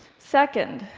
second,